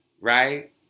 right